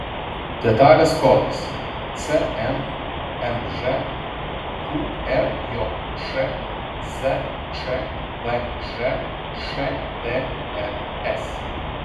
detalės kodas cnmž qrjš zčvž štrs